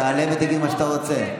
תעלה ותגיד מה שאתה רוצה.